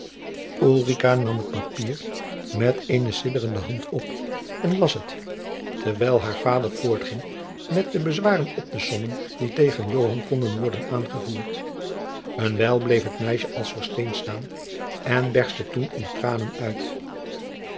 nam het papier met eene sidderende hand op en las het terwijl haar vader voortging met de bezwaren op te sommen die tegen joan konden worden aangevoerd een wijl bleef het meisje als versteend staan en berstte toen in tranen uit